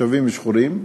תושבים שחורים.